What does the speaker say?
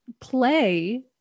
play